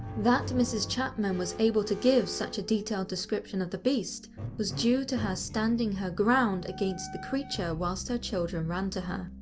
that mrs chapman was able to give such a detailed description of the beast was due to her standing her ground against the creature whilst her children ran to her.